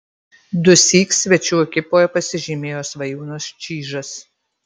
dusyk svečių ekipoje pasižymėjo svajūnas čyžas